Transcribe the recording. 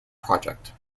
project